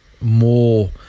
more